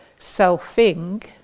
selfing